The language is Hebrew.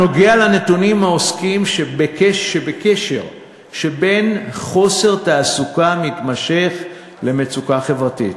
נוגע לנתונים העוסקים בקשר שבין חוסר תעסוקה מתמשך ובין מצוקה חברתית.